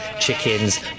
chickens